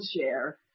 share